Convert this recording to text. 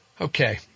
Okay